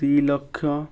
ଦୁଇ ଲକ୍ଷ